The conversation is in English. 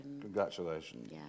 Congratulations